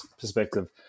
perspective